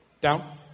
Down